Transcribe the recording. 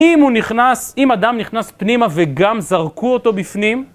אם הוא נכנס, אם אדם נכנס פנימה וגם זרקו אותו בפנים?